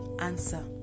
answer